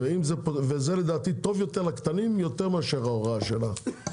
ההצעה הזו לדעתי טובה יותר לקטנים מאשר ההוראה שלך,